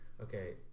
okay